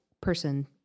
person